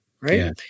right